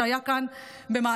זאת הייתה הנפילה שלי.